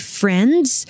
friends